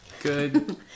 Good